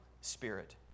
spirit